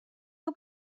que